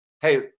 Hey